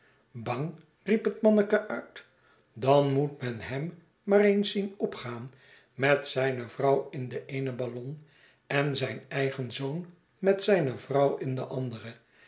bang riep het manneke uit dan moet men hem maar eens zien opgaan met zijne vrouw in de eene ballon en zijn eigen zoon met zijne vrouw in de andere